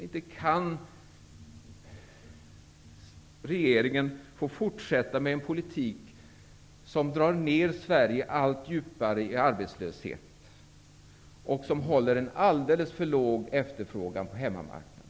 Inte kan väl regeringen få fortsätta att föra en politik som drar ner Sverige i allt djupare arbetslöshet, och som håller en alldeles för låg efterfrågan på hemmamarknaden?